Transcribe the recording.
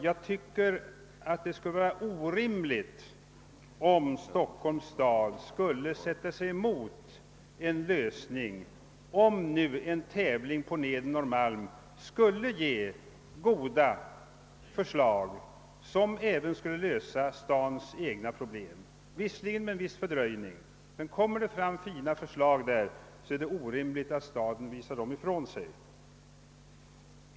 Jag tycker att det vore orimligt av Stockholms stad att motsätta sig en lösning, om en tävling beträffande nedre Norrmalm skulle ge goda förslag som även kunde lösa stadens egna problem, låt vara med en viss fördröjning. Får man fram fina förslag är det orimligt att staden visar dem ifrån sig.